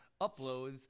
uploads